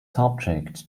subject